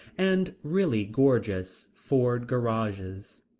and really gorgeous ford garages.